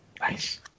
Nice